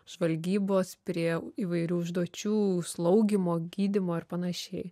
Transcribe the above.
žvalgybos prie įvairių užduočių slaugymo gydymo ir panašiai